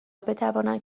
بتوانند